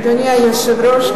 אדוני היושב-ראש,